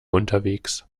unterwegs